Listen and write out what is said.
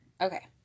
Okay